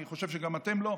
אני חושב שגם אתם לא.